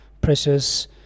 precious